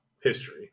history